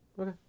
Okay